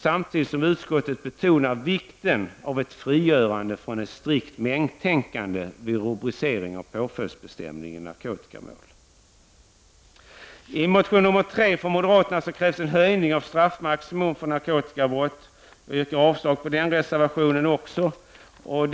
Samtidigt betonar man vikten av ett frigörande från ett strikt mängdtänkande vid rubricering av påföljdsbestämningen i narkotikamål. I reservation 3 från moderaterna krävs en höjning av straffmaximum för grovt narkotikabrott. Även på den reservationen yrkar jag avslag.